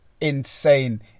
insane